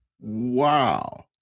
Wow